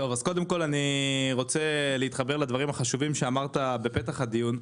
קודם כול אני רוצה להתחבר לדברים החשובים שאמרת בפתח הדיון,